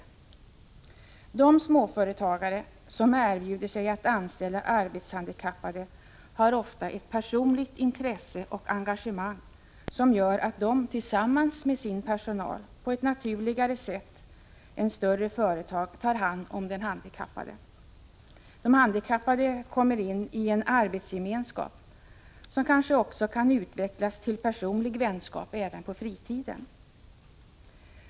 De småföretagare som erbjuder sig att anställa arbetshandikappade har ofta ett personligt intresse och engagemang, som gör att de tillsammans med sin personal på ett naturligare sätt än större företag tar hand om den handikappade. Den handikappade kommer in i en arbetsgemenskap som kanske kan utvecklas till personlig vänskap även på fritiden.